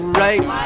right